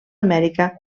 amèrica